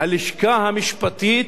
הלשכה המשפטית,